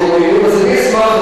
ברגעים פחות נעימים.